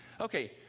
Okay